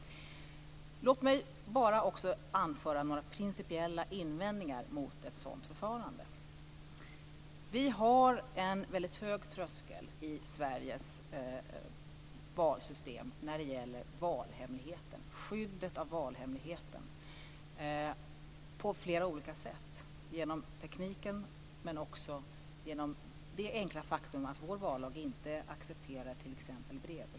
Låt mig också bara anföra några principiella invändningar mot ett sådant förfarande. Vi har en väldigt hög tröskel i Sveriges valsystem när det gäller skyddet av valhemligheten. Vi har det på flera olika sätt, genom tekniken men också genom det enkla faktum att vi i vår vallag t.ex. inte accepterar brevröstning.